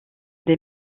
des